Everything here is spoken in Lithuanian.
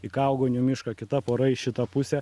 į kaugonių mišką kita pora į šitą pusę